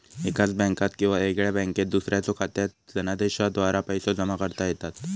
एकाच बँकात किंवा वेगळ्या बँकात दुसऱ्याच्यो खात्यात धनादेशाद्वारा पैसो जमा करता येतत